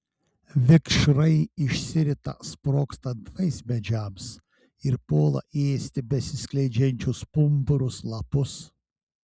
vikšrai išsirita sprogstant vaismedžiams ir puola ėsti besiskleidžiančius pumpurus lapus